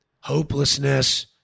hopelessness